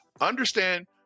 understand